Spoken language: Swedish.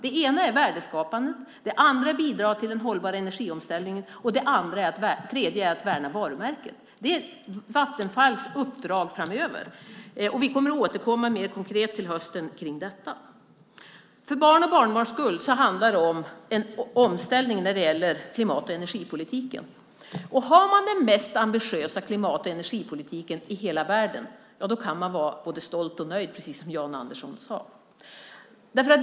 Det ena är värdeskapandet, det andra bidrar till en hållbar energiomställning och det tredje är att värna varumärket. Det är Vattenfalls uppdrag framöver. Vi kommer att återkomma mer konkret om detta till hösten. För barns och barnbarns skull handlar det om en omställning när det gäller klimat och energipolitiken. Har man den mest ambitiösa klimat och energipolitiken i hela världen kan man vara både stolt och nöjd, precis som Jan Andersson sade.